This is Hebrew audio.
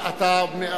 תודה רבה.